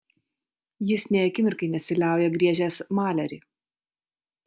jis nė akimirkai nesiliauja griežęs malerį